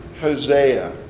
Hosea